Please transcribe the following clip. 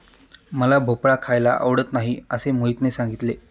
मला भोपळा खायला आवडत नाही असे मोहितने सांगितले